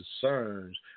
concerns